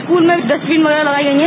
school में भी dustbin वगैरह लगाई गई हैं